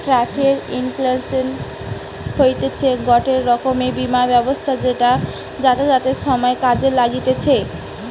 travel insurance হতিছে গটে রকমের বীমা ব্যবস্থা যেটা যাতায়াতের সময় কাজে লাগতিছে